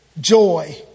Joy